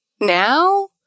now